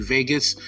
Vegas